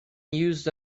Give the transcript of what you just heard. used